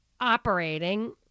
operating